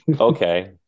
Okay